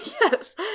Yes